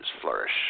flourish